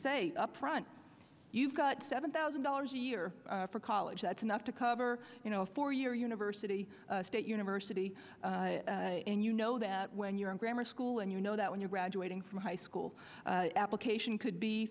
say upfront you've got seven thousand dollars a year for college that's enough to cover you know a four year university state university and you know that when you're in grammar school and you know that when you're graduating from high school application could be